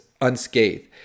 unscathed